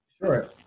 Sure